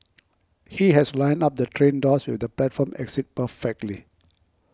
he has lined up the train doors with the platform exit perfectly